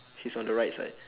he's on the right side